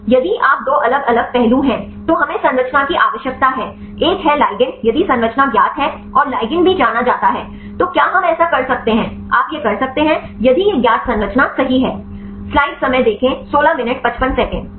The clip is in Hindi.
सही यदि आप दो अलग अलग पहलू हैं तो हमें संरचना की आवश्यकता है एक है एक लिगैंड यदि संरचना ज्ञात है और लिगैंड भी जाना जाता है तो क्या हम ऐसा कर सकते हैं आप यह कर सकते हैं यदि यह ज्ञात संरचना सही है